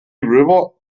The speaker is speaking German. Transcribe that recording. river